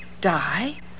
Die